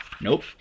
Nope